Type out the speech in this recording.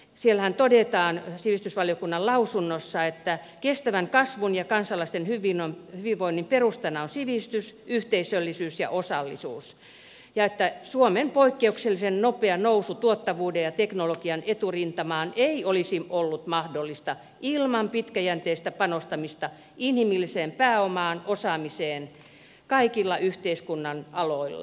siellähän todetaan sivistysvaliokunnan lausunnossa että kestävän kasvun ja kansalaisten hyvinvoinnin perustana on sivistys yhteisöllisyys ja osallisuus ja että suomen poikkeuksellisen nopea nousu tuottavuuden ja teknologian eturintamaan ei olisi ollut mahdollista ilman pitkäjänteistä panostamista inhimilliseen pääomaan ja osaamiseen kaikilla yhteiskunnan aloilla